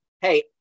hey